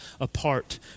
apart